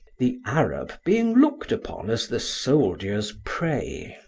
the arab being looked upon as the soldier's prey.